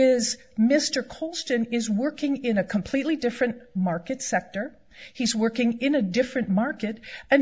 is mr colston is working in a completely different market sector he's working in a different market and